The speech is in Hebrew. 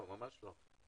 ממש לא.